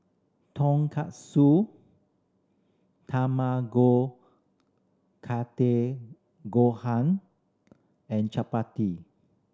Tonkatsu Tamago Kake Gohan and Chapati